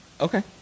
Okay